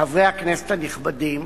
חברי הכנסת הנכבדים,